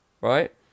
right